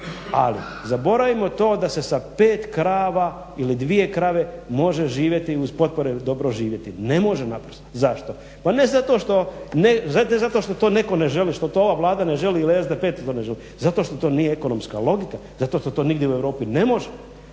ali zaboravimo to da se sa 5 krava ili 2 krave može živjeti i uz potpore dobro živjeti, ne može naprosto. Zašto? Pa ne zato što ne, zato što to netko ne želi, što to ova Vlada ne želi ili SDP to ne želi, zato što to nije ekonomska logika, zato što to nigdje u Europi ne može,